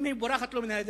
אם היא בורחת לו מהידיים